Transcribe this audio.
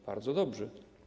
Bardzo dobrze.